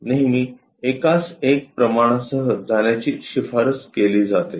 आणि नेहमी एकास एक प्रमाणासह जाण्याची शिफारस केली जाते